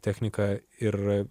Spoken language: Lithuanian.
technika ir